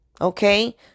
Okay